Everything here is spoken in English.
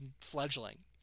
fledgling